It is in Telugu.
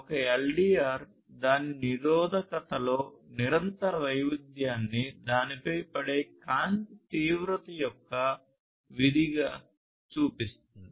ఒక LDR దాని నిరోధకతలో నిరంతర వైవిధ్యాన్ని దానిపై పడే కాంతి తీవ్రత యొక్క విధిగా చూపిస్తుంది